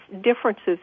differences